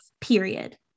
period